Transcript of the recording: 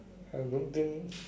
I don't think